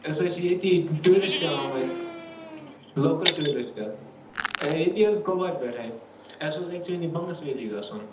ٲسۍ حظ چھِ ییٚتی ٹیٛوٗرِسٹ آمٕتۍ لوکَل ٹیٛوٗرِسٹ اے ییٚتی حظ کۄپوارِ پیٹھٕے اَسہِ اوس ایٚکچُولی بنگس ویلی گََژھُن